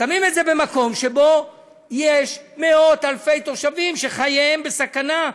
שמים את זה במקום שבו יש מאות אלפי תושבים שחייהם בסכנה,